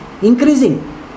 Increasing